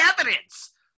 evidence